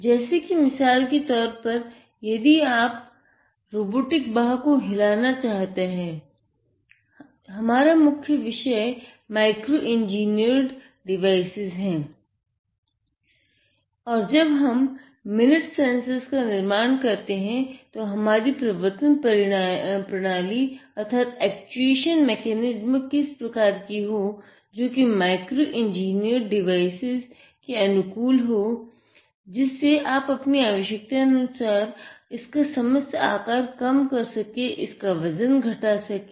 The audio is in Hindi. और जब हम मिनट सेन्सर्स के अनुकूल हो जिससे आप आपनी आवश्कतानुसार इसका समस्त आकार कम कर सके अथवा वज़न घटा सके